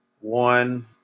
one